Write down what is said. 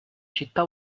città